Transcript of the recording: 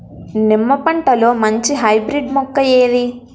నిమ్మ పంటలో మంచి హైబ్రిడ్ మొక్క ఏది?